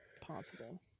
Possible